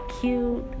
cute